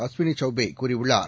அஸ்வினி சௌபே கூறியுள்ளார்